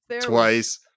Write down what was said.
twice